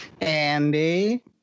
Andy